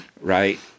right